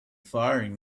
firing